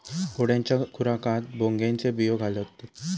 घोड्यांच्या खुराकात भांगेचे बियो घालतत